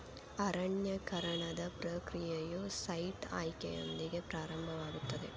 ಅರಣ್ಯೇಕರಣದ ಪ್ರಕ್ರಿಯೆಯು ಸೈಟ್ ಆಯ್ಕೆಯೊಂದಿಗೆ ಪ್ರಾರಂಭವಾಗುತ್ತದೆ